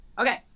Okay